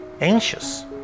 anxious